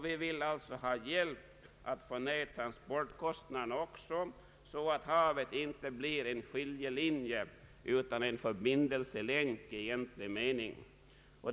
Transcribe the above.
Vi vill också få hjälp med att nedbringa transportkostnaderna, så att havet inte blir en skiljelinje utan en förbindelselänk i egentlig mening.